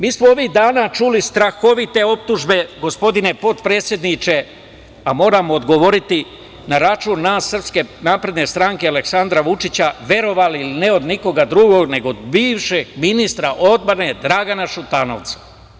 Mi smo ovih dana čuli strahovite optužbe, gospodine potpredsedniče, a moram odgovoriti na račun nas, SNS, Aleksandra Vučića, verovali ili ne, od nikoga drugog nego od bivšeg ministra odbrane Dragana Šutanovca.